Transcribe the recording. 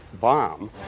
bomb